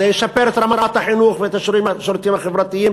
זה ישפר את רמת החינוך והשירותים החברתיים